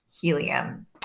helium